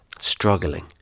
struggling